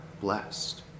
blessed